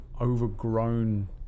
overgrown